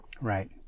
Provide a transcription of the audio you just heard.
Right